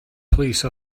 police